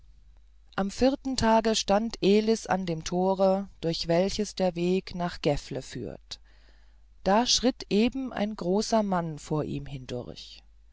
am vierten tage stand elis an dem tore durch welches der weg nach gefle führt da schritt eben ein großer mann vor ihm hindurch